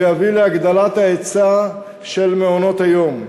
ויביא להגדלת ההיצע של מעונות-היום.